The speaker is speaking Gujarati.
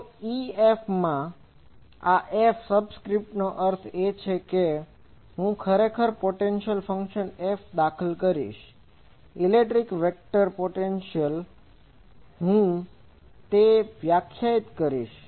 તો EFમાં આ F સબસ્ક્રિપ્ટનો અર્થ એ છે કે હું ખરેખર પોટેન્શિઅલ ફંકશન F દાખલ કરીશ ઇલેક્ટ્રિક વેક્ટર પોટેન્શિઅલ હું તે વ્યાખ્યાયિત કરીશ